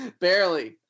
Barely